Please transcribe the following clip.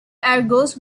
argos